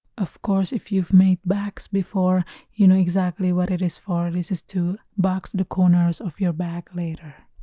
of course if you've made bags before you know exactly what it is for this is is to box the corners of your bag later.